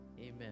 amen